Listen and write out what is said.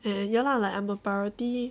and ya lah like I'm a priority